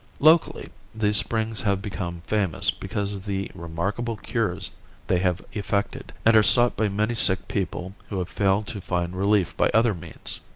locally, these springs have become famous because of the remarkable cures they have effected, and are sought by many sick people who have failed to find relief by other means.